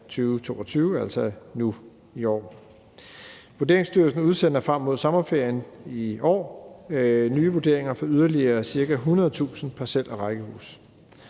2022, altså nu i år. Vurderingsstyrelsen udsender frem mod sommerferien i år nye vurderinger for yderligere ca. 100.000 parcel- og rækkehuse.